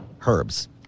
herbs